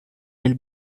will